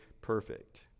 perfect